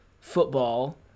football